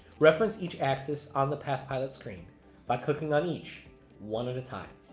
reference each axis on the pathpilot screen by clicking on each one at a time.